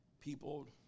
people